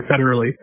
federally